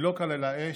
היא לא כללה אש,